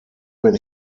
wenn